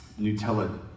Nutella